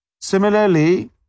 Similarly